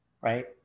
right